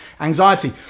anxiety